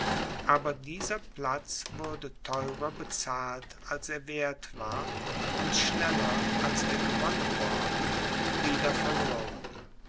aber dieser platz wurde theurer bezahlt als er werth war und schneller als er gewonnen worden wieder verloren